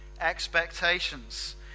expectations